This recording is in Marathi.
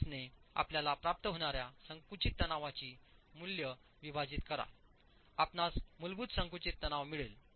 25 ने आपल्याला प्राप्त होणाऱ्या संकुचित तणावाचे मूल्य विभाजित करा आपणास मूलभूत संकुचित तणाव मिळेल